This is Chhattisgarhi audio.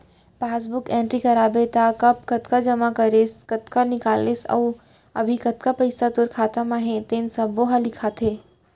पासबूक एंटरी कराबे त कब कतका जमा करेस, कतका निकालेस अउ अभी कतना पइसा तोर खाता म हे तेन सब्बो ह लिखाथे